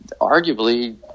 arguably